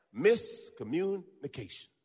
Miscommunication